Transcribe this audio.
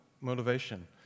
motivation